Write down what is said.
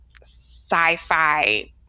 sci-fi